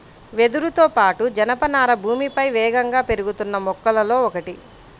వెదురుతో పాటు, జనపనార భూమిపై వేగంగా పెరుగుతున్న మొక్కలలో ఒకటి